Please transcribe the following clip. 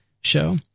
show